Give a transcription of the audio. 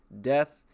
death